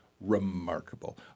Remarkable